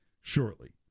shortly